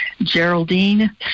Geraldine